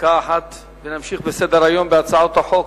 דקה אחת ונמשיך בסדר-היום, בהצעות חוק,